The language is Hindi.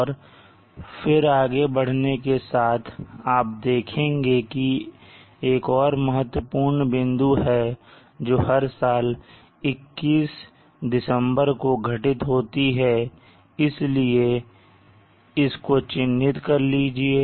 और फिर आगे बढ़ने के साथ आप देखेंगे की एक और महत्वपूर्ण बिंदु है जो हर साल 21 दिसंबर को घटित होती है इसलिए इस को चिन्हित कर लीजिए